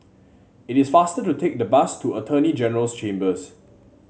it is faster to take the bus to Attorney General's Chambers